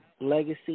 Legacy